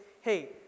hey